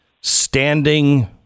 standing